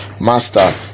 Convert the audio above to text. master